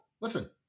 Listen